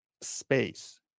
space